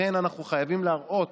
אנחנו חייבים להראות